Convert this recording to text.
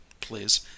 Please